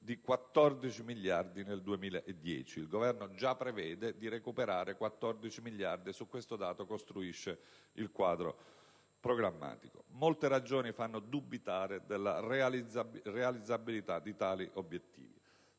di 14 miliardi nel 2010. Il Governo già prevede di recuperare 14 miliardi e su tale dato costruisce il quadro programmatico. Molte ragioni fanno dubitare della realizzabilità di tali obiettivi,